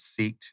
seeked